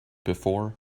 before